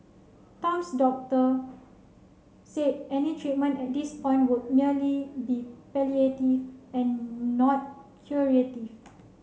Tam's doctor said any treatment at this point would merely be palliative and not curative